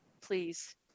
please